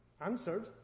answered